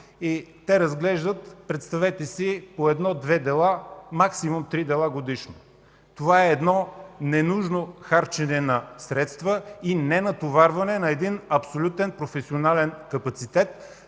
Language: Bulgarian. Те разглеждат, представете си, по едно-две, максимум три дела годишно. Това е ненужно харчене на средства и ненатоварване на абсолютен професионален капацитет.